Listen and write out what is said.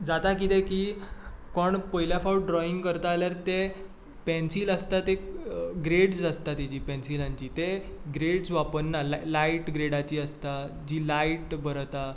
जाता कितें की कोण पयल्या फावट ड्रोयींग करता जाल्यार ते पेनसील आसता ती ग्रेड्स आसता तेजी पेनसिलांची ते ग्रेड्स वापरना लायट ग्रेडाची आसता जी लायट बरवता